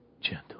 gentle